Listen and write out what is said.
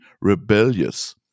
rebellious